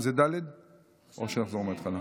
הסתייגות 8 לחלופין ג' לא נתקבלה.